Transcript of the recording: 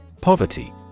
Poverty